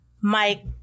Mike